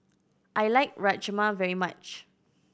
I like Rajma very much